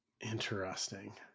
Interesting